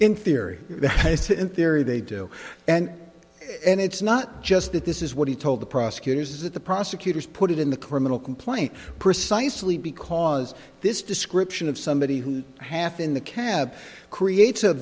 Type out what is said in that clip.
in theory yes in theory they do and and it's not just that this is what he told the prosecutors is that the prosecutors put it in the criminal complaint precisely because this description of somebody who half in the cab creates a